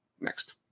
next